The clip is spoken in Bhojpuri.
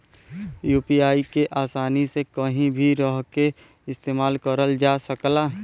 यू.पी.आई के आसानी से कहीं भी रहके इस्तेमाल करल जा सकला